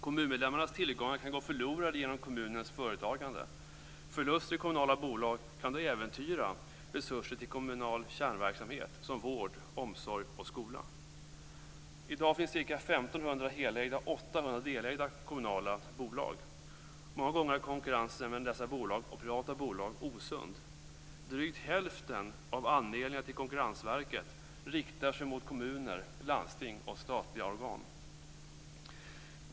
Kommunmedborgarnas tillgångar kan gå förlorade genom kommunens företagande. Förluster i kommunala bolag kan då äventyra resurser till kommunal kärnverksamhet som vård, omsorg och skola. I dag finns det ca 1 500 helägda och 800 delägda kommunala bolag. Många gånger är konkurrensen mellan dessa bolag och privata bolag osund. Drygt hälften av anmälningarna till Konkurrensverket riktar sig mot kommuner, landsting och statliga organ.